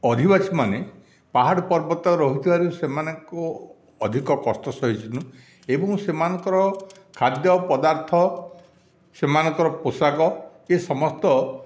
ଆଦିବାସୀ ମାନେ ପାହାଡ଼ ପର୍ବତ ରହୁଥିବାରୁ ସେମାନଙ୍କୁ ଅଧିକ କଷ୍ଟ ସହିଷ୍ଣୁ ଏବଂ ସେମାନଙ୍କର ଖାଦ୍ୟ ପଦାର୍ଥ ସେମାନଙ୍କର ପୋଷାକ ଏ ସମସ୍ତ